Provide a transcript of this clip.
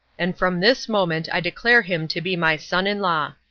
and from this moment i declare him to be my son-in-law.